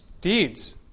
deeds